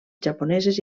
japoneses